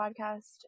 podcast